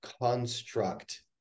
construct